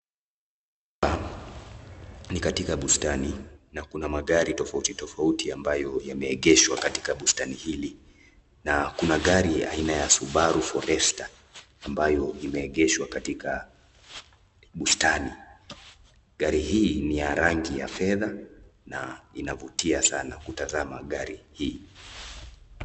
Ni katika bustani na kuna magari tofauti tofauti ambayo yameegeshwa katika bustani hili, na kuna gari aina ya Subaru Forester ambayo imeegeshwa katika bustani. Gari hii ni ya rangi ya fedha na inavutia sana kutazama gari hii.